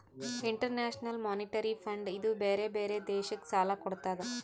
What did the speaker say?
international monetary fund ಇದೂ ಬ್ಯಾರೆ ಬ್ಯಾರೆ ದೇಶಕ್ ಸಾಲಾ ಕೊಡ್ತುದ್